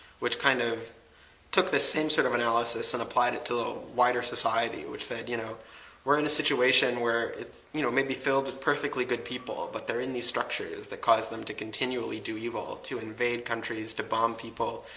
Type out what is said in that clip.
which kind of took this same sort of analysis and applied it to a wider society which said, you know we're in a situation where it you know may be filled with perfectly good people, but they're in these structures that cause them to continually do evil, to invade countries, to bomb people,